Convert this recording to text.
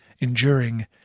enduring